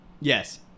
yes